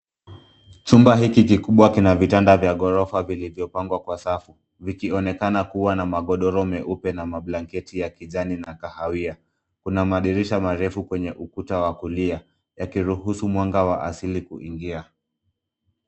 Chumba hiki kikubwa kina vitanda vya ghorofa vilivyopangwa Kwa safu vikionekana kuwa na magodoro meupe na mablanketi ya kijani na kahawia kuna madirisha marefu kwenye ukuta wa kulia yakiruhusu mwanga wa asili kuingia.